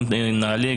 גם נעל"ה,